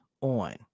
on